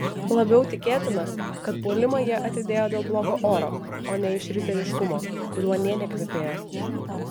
labiau tikėtina kad puolimą jie atidėjo dėl blogo oro o ne iš riteriškumo kuriuo nė nekvepėjo